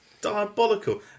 diabolical